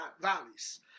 valleys